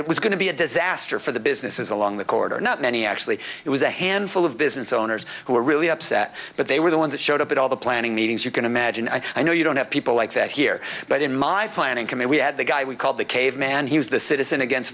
that was going to be a disaster for the businesses along the corridor not many actually it was a handful of business owners who were really upset but they were the ones that showed up at all the planning meetings you can imagine and i know you don't have people like that here but in my planning committee we had the guy we call the caveman he was the citizen against